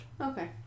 Okay